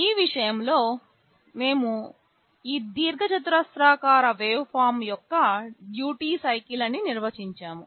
ఈ విషయంలో మేము ఈ దీర్ఘచతురస్రాకార వేవ్ఫార్మ్ యొక్క డ్యూటీ సైకిల్ అని నిర్వచించాము